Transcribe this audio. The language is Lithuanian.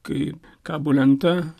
kai kabo lenta